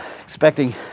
expecting